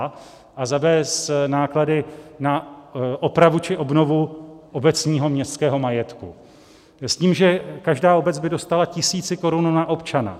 a b) s náklady na opravu či obnovu obecního městského majetku s tím, že každá obec by dostala tisíc korun na občana.